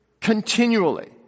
continually